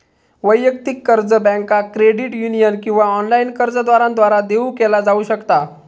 वैयक्तिक कर्ज बँका, क्रेडिट युनियन किंवा ऑनलाइन कर्जदारांद्वारा देऊ केला जाऊ शकता